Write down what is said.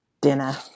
dinner